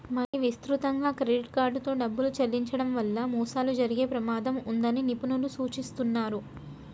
మరీ విస్తృతంగా క్రెడిట్ కార్డుతో డబ్బులు చెల్లించడం వల్ల మోసాలు జరిగే ప్రమాదం ఉన్నదని నిపుణులు సూచిస్తున్నరు